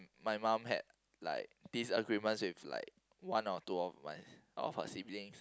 my mom had like disagreements with like one or two of my of her siblings